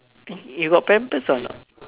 you got pampers or not